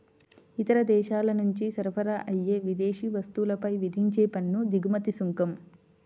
ఇతర దేశాల నుంచి సరఫరా అయ్యే విదేశీ వస్తువులపై విధించే పన్ను దిగుమతి సుంకం